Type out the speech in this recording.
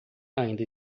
ainda